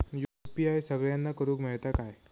UPI सगळ्यांना करुक मेलता काय?